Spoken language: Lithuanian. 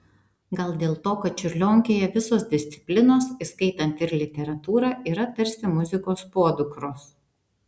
gal dėl to kad čiurlionkėje visos disciplinos įskaitant ir literatūrą yra tarsi muzikos podukros